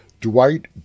Dwight